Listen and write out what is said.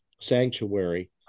sanctuary